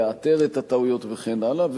לאתר את הטעויות וכן הלאה.